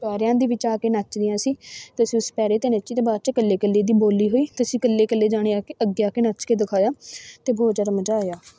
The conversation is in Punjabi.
ਪੈਰਿਆਂ ਦੇ ਵਿੱਚ ਆ ਕੇ ਨੱਚਦੀਆਂ ਸੀ ਅਤੇ ਅਸੀਂ ਉਸ ਪੈਰੇ 'ਤੇ ਨੱਚੇ ਅਤੇ ਬਾਅਦ 'ਚੋਂ ਇਕੱਲੇ ਇਕੱਲੇ ਦੀ ਬੋਲੀ ਹੋਈ ਅਤੇ ਅਸੀਂ ਇਕੱਲੇ ਇਕੱਲੇ ਜਾਣੇ ਆ ਕੇ ਅੱਗੇ ਆ ਕੇ ਨੱਚ ਕੇ ਦਿਖਾਇਆ ਅਤੇ ਬਹੁਤ ਜ਼ਿਆਦਾ ਮਜ਼ਾ ਆਇਆ